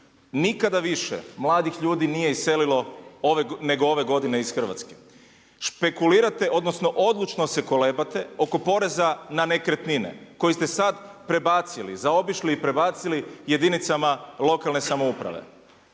nikada više mladih ljudi nije iselilo nego ove godine iz Hrvatske. Špekulirate odnosno odlučno se kolebate oko poreza na nekretnine, koju ste sada prebacili, zaobišli i prebacili jedinicama lokalne samouprave.